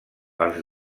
els